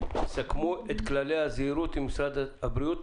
סכמו את כללי הזהירות עם משרד הבריאות,